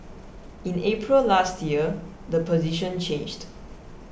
in April last year the position changed